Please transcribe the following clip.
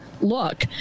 look